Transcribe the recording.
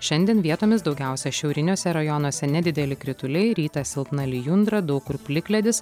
šiandien vietomis daugiausia šiauriniuose rajonuose nedideli krituliai rytą silpna lijundra daug kur plikledis